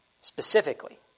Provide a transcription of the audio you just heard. specifically